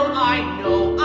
i